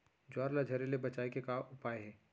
ज्वार ला झरे ले बचाए के का उपाय हे?